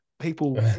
People